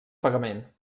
pagament